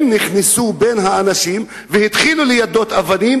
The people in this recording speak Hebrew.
הם נכנסו בין האנשים והתחילו ליידות אבנים,